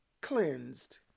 cleansed